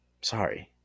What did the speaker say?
sorry